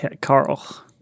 Carl